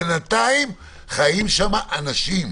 בינתיים חיים שם אנשים.